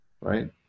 Right